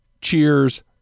Cheers